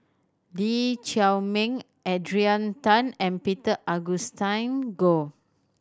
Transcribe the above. Lee Chiaw Meng Adrian Tan and Peter Augustine Goh